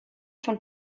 von